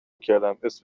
کردماسم